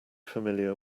familiar